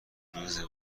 روز